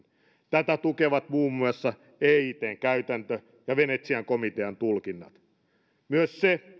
tätä tukevat muun muassa eitn käytäntö ja venetsian komitean tulkinnat myös se